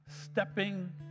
stepping